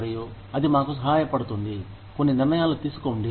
మరియు అది మాకు సహాయపడుతుంది కొన్ని నిర్ణయాలు తీసుకోండి